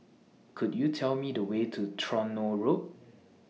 Could YOU Tell Me The Way to Tronoh Road